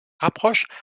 rapprochent